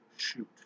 Shoot